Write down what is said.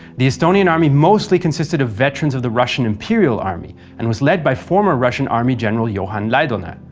the estonian army mostly consisted of veterans of the russian imperial army and was led by former russian army general johan laidoner.